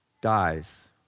dies